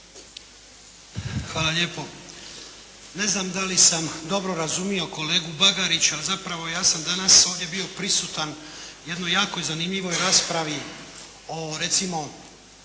Hvala lijepo. Ne znam da li sam dobro razumio kolegu Bagarića, zapravo ja sam danas ovdje bio prisutan jednoj jako zanimljivoj raspravi o recimo,